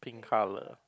colour